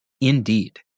Indeed